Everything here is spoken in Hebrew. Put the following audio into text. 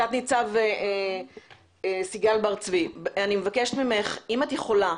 תנ"צ סיגל בר צבי, אני מבקשת ממך, אם את יכולה,